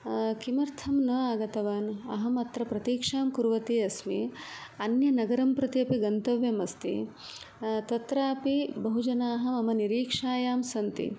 किमर्थं न आगतवान् अहमत्र प्रतीक्षां कुर्वती अस्मि अन्यनगरं प्रति अपि गन्तव्यम् अस्ति तत्रापि बहुजनाः मम निरीक्षायां सन्ति